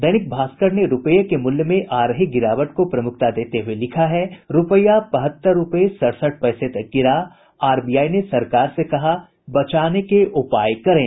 दैनिक भास्कर ने रूपये की मूल्य में आ रही गिरावट को प्रमुखता देते हुए लिखा है रूपया बहत्तर रूपये सड़सठ पैसे तक गिरा आरबीआई से सरकार ने कहा बचाने के उपाय करें